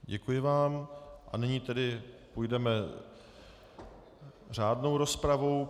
Děkuji vám a nyní půjdeme řádnou rozpravou.